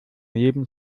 leben